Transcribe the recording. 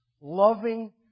loving